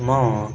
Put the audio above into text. ମୁଁ